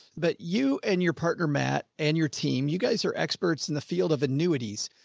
but you and your partner, matt and your team, you guys are experts in the field of annuities.